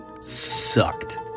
sucked